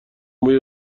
بوی